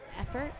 effort